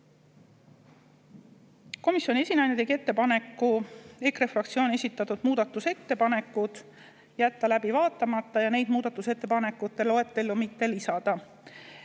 Komisjoni esinaine tegi ettepaneku jätta EKRE fraktsiooni esitatud muudatusettepanekud läbi vaatamata ja neid muudatusettepanekute loetellu mitte lisada.